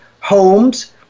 homes